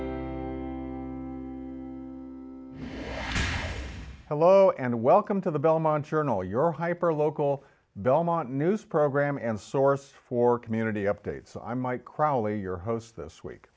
hello and welcome to the belmont journal your hyper local belmont news program and source for community updates i might crowley your host this week